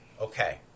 Okay